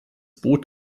boot